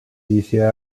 一些